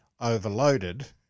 overloaded